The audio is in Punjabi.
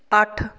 ਅੱਠ